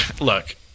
Look